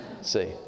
See